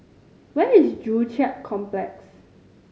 where is Joo Chiat Complex